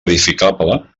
edificable